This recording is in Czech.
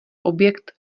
objekt